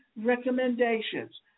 recommendations